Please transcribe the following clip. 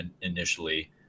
initially